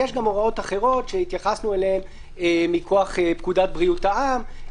יש גם הוראות אחרות שהתייחסנו אליהן מכוח פקודת בריאות העם,